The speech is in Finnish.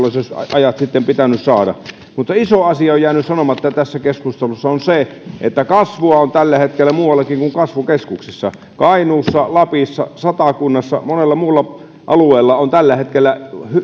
ajat sitten olisi pitänyt saada mutta iso asia joka on jäänyt sanomatta tässä keskustelussa on se että kasvua on tällä hetkellä muuallakin kuin kasvukeskuksissa kainuussa lapissa satakunnassa monella muulla alueella on tällä hetkellä